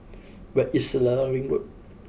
where is Selarang Ring Road